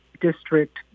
district